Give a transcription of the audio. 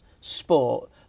sport